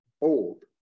old